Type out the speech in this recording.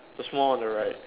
the small on the right